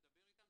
מדבר איתם,